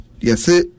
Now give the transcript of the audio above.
yes